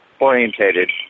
orientated